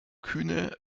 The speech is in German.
kühne